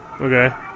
Okay